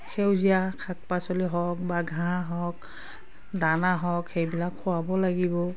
সেউজীয়া শাক পাচলি হওক বা ঘাঁহ হওক দানা হওক সেইবিলাক খুৱাব লাগিব